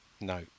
No